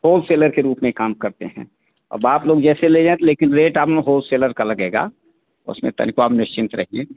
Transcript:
wholesaler के रूप में काम करते हैं अब आप लोग जैसे ले जाएँ लेकिन रेट आप होसेलर का लगेगा उसमें तनिको आप निश्चिंत रहिए